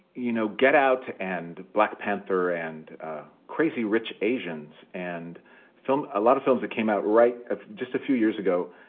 you know, get out to end black panther and crazy rich asians and film a lot of films that came out right just a few years ago,